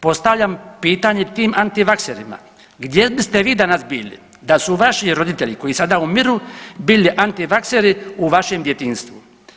Postavljam pitanje tim antivakserima gdje biste danas vi bili da su vaši roditelji koji sada umiru bili antivakseri u vašem djetinjstvu.